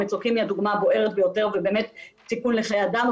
המצוקים היא הדוגמא הבוערת ביותר ובאמת סיכון לחיי אדם,